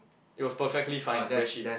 it was perfectly fine where she